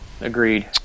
Agreed